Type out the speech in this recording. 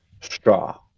straw